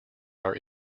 are